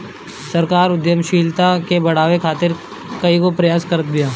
सरकार उद्यमशीलता के बढ़ावे खातीर कईगो प्रयास करत बिया